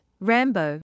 Rambo